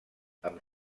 amb